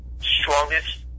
strongest